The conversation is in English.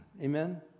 Amen